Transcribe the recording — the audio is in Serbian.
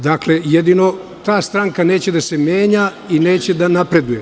Dakle, jedino ta stranka neće da se menja i neće da napreduje.